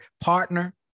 partner